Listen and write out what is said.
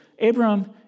Abram